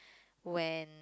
when